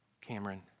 Cameron